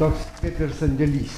toks kaip ir sandėlys